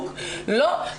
פשוט